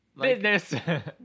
business